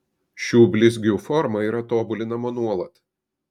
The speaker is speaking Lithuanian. šių blizgių forma yra tobulinama nuolat